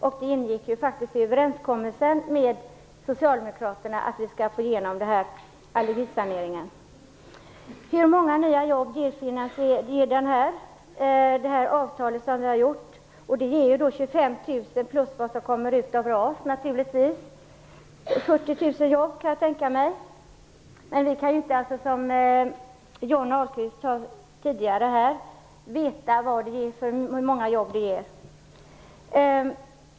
Det ingick faktiskt i överenskommelsen med Socialdemokraterna att vi skulle få igenom allergisaneringen. Hur många jobb ger det här avtalet? Det är 25 000 jobb, förutom de som RAS ger - jag kan tänka mig att det är 70 000. Men vi kan inte, som Johnny Ahlqvist sade tidigare, veta hur många jobb det ger.